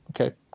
okay